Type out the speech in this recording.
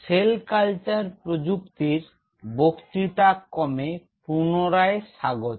sell culture প্রযুক্তির বক্তৃতাক্রমে পুনরায় স্বাগত